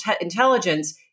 intelligence